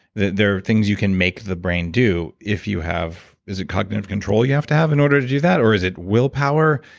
they're things you can make the brain do if you have. is it cognitive control you have to have in order to do that? or is it willpower?